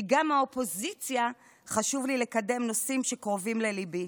כי גם מהאופוזיציה חשוב לי לקדם נושאים שקרובים לליבי,